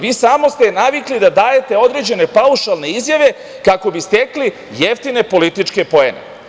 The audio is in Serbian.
Vi ste samo navikli da dajete određene paušalne izjave kako bi stekli jeftine političke poene.